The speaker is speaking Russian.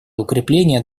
укрепления